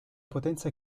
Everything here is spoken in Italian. potenza